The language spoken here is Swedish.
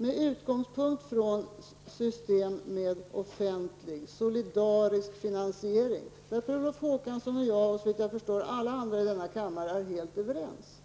Med utgångspunkt i ett system med offentlig solidarisk finansiering, som Per Olof Håkansson, jag och, såvitt jag förstår, alla andra i denna kammare är helt överens